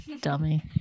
dummy